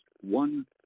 one